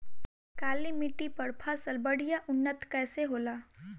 काली मिट्टी पर फसल बढ़िया उन्नत कैसे होला?